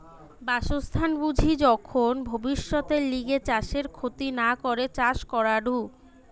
বাসস্থান বুঝি যখন ভব্যিষতের লিগে চাষের ক্ষতি না করে চাষ করাঢু